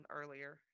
earlier